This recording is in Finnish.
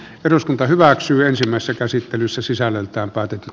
eduskunta hyväksyy ensimmäistä käsittelyssä sisällöltään päätetyt